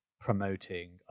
promoting